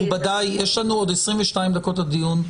מכובדיי, יש לנו עוד 22 דקות לדיון,